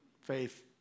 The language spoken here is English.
faith